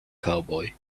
cowboy